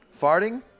Farting